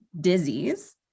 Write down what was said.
disease